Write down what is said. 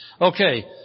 Okay